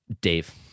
Dave